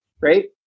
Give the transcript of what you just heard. right